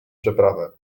przeprawę